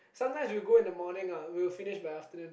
sometimes we'll go in the morning lah and we'll finish in by afternoon